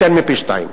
יותר מפי-שניים.